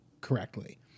correctly